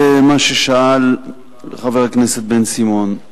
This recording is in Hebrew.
למה ששאל חבר הכנסת בן-סימון,